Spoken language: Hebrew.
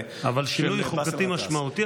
אבל שינוי חוקתי משמעותי,